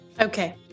Okay